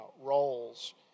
roles